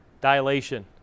dilation